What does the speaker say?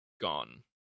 gone